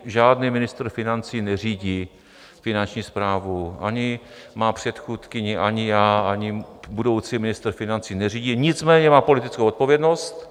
Žádný ministr financí neřídí Finanční správu, ani má předchůdkyně, ani já, ani budoucí ministr financí neřídí, nicméně má politickou odpovědnost.